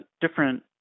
different